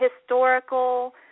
historical